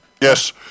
Yes